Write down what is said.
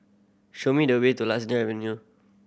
show me the way to Lasia Avenue